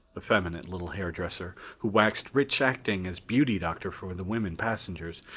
effeminate little hairdresser, who waxed rich acting as beauty doctor for the women passengers,